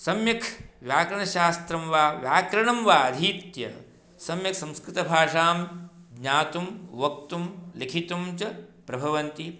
सम्यक् व्याकरणशास्त्रं वा व्याकरणं वा अधीत्य सम्यक्संस्कृतभाषां ज्ञातुं वक्तुं लिखितुं च प्रभवन्ति